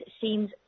seems